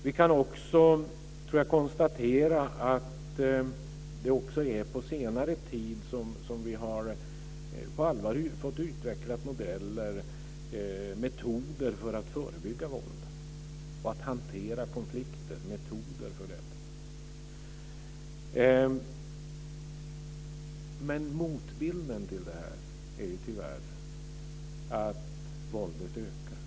Vi kan nog konstatera att det är på senare tid som vi på allvar fått utvecklat modeller, metoder, för att förebygga våld samt metoder för att hantera konflikter. Motbilden är tyvärr att våldet ökar.